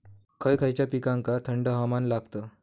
खय खयच्या पिकांका थंड हवामान लागतं?